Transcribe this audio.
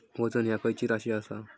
वजन ह्या खैची राशी असा?